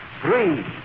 three